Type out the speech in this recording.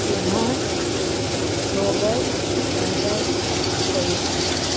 సుభాన్ గోబర్ద్ నైబర్ స్పెయిన్